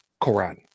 quran